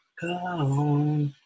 go